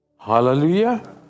hallelujah